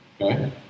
okay